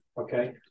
okay